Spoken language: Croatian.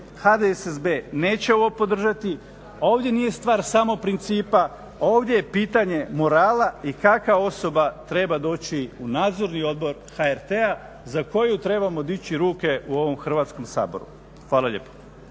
HDSSB neće ovo podržati. Ovdje nije stvar samo principa, ovdje je pitanje morala i kaka osoba treba doći u Nadzorni odbor HRT-a za koju trebamo dići ruke u ovom Hrvatskom saboru. Hvala lijepo.